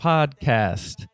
Podcast